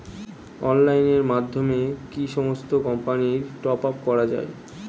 অনলাইনের মাধ্যমে কি সমস্ত কোম্পানির টপ আপ করা যায়?